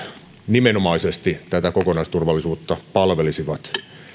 nimenomaisesti tätä kokonaisturvallisuutta palvelisivat